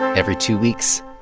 every two weeks,